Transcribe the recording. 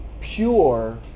pure